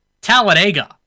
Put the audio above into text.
Talladega